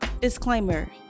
disclaimer